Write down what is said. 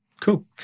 Cool